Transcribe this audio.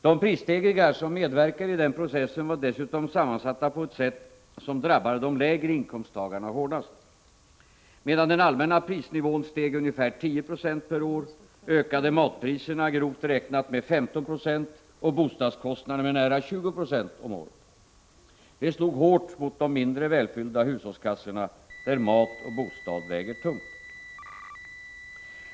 De prisstegringar som medverkade i den processen var dessutom sammansatta på ett sätt som drabbade de lägre inkomsttagarna hårdast. Medan den allmänna prisnivån steg ungefär 10 26 per år ökade matpriserna, grovt räknat, med 15 96 och bostadskostnaderna med nära 20 96 om året. Det slog hårt mot de mindre välfyllda hushållskassorna, där mat och bostad väger tungt.